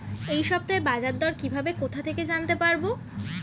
এই সপ্তাহের বাজারদর কিভাবে কোথা থেকে জানতে পারবো?